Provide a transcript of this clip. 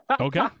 Okay